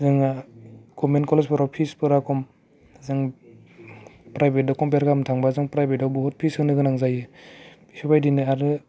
जोंहा गभार्नमेन्ट कलेजफोराव फिसफोरा खम जों प्राइभेटआव कमपियार खालामनो थांबा जों फ्राइभेटआव बहुद फिस होनो गोनां जायो बेफोरबायदिनो आरो